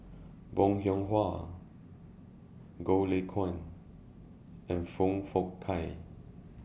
Bong Hiong Hwa Goh Lay Kuan and Foong Fook Kay